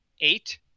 Eight